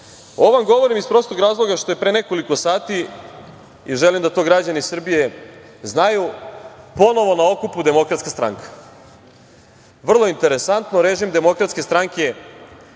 vam govorim iz prostog razloga što je pre nekoliko sati, i želim da to građani Srbije znaju ponovo na okupu Demokratska stranka. Vrlo interesantno, režim Demokratske stranke od